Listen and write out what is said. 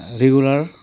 regular